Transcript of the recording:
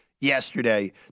yesterday